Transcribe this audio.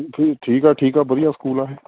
ਠੀਕ ਆ ਠੀਕ ਆ ਵਧੀਆ ਸਕੂਲ ਆ ਇਹ